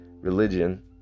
religion